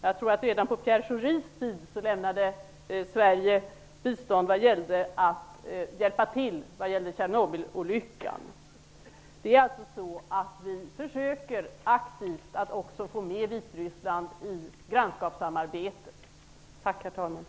Jag tror att Sverige redan på Pierre Schoris tid vid Tjernobylolyckan. Vi försöker alltså aktivt att få med Vitryssland i grannskapssamarbetet. Tack, herr talman!